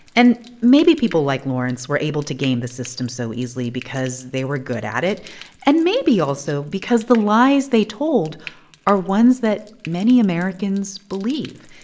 and maybe people like lawrence were able to game the system so easily because they were good at it and maybe also because the lies they told are ones that many americans believe.